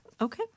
Okay